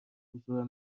حضور